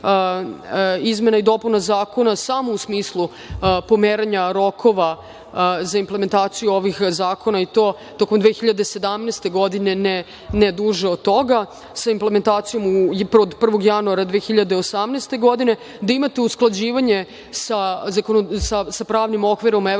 izmena i dopuna zakona, samo u smislu pomeranja rokova za implementaciju ovih zakona i to tokom 2017. godine, ne duže od toga, sa implementacijom od 1. januara 2018. godine, da imate usklađivanje sa pravnim okvirom EU i sa